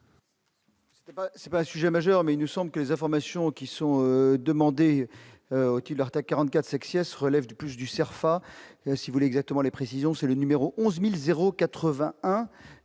C'est pas sujet majeur mais il nous semble que les informations qui sont demandées qui heurta 44 sexy se relève du plus du Cerfa si vous l'exactement les précisions, c'est le numéro 11000